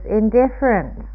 indifferent